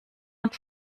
und